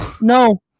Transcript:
No